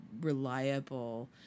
reliable